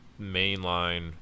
mainline